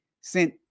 sent